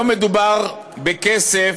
לא מדובר בכסף